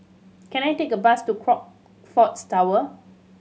can I take a bus to Crockfords Tower